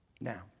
Now